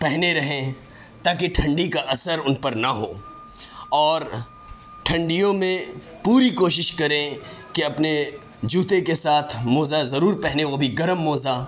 پہنے رہیں تاکہ ٹھنڈی کا اثر ان پر نہ ہو اور ٹھنڈیوں میں پوری کوشش کریں کہ اپنے جوتے کے ساتھ موزہ ضرور پہنے وہ بھی گرم موزہ